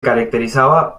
caracterizaba